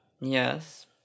Yes